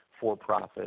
for-profit